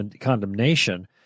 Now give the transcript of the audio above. condemnation